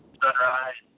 sunrise